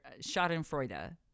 schadenfreude